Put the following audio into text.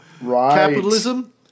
capitalism